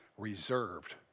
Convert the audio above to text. reserved